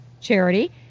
charity